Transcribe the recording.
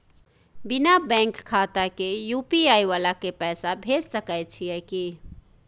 बिना बैंक खाता के यु.पी.आई वाला के पैसा भेज सकै छिए की?